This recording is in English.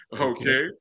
Okay